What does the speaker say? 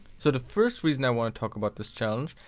so the first reason i wanna talk about this challenge,